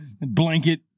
Blanket